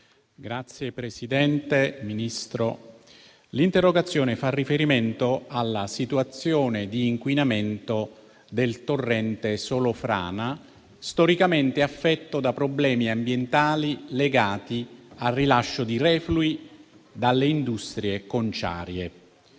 Signora Presidente, signor Ministro, l'interrogazione fa riferimento alla situazione di inquinamento del torrente Solofrana, storicamente affetto da problemi ambientali legati al rilascio di reflui dalle industrie conciarie.